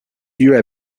lieues